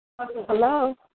Hello